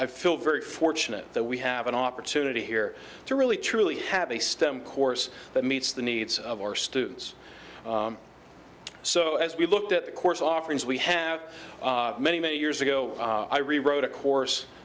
feel very fortunate that we have an opportunity here to really truly have a stem course that meets the needs of our students so as we looked at the course offerings we have many many years ago i rewrote a course